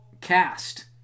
cast